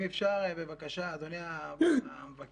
אם אפשר, בבקשה, אדוני המבקר,